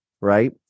right